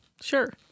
Sure